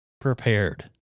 prepared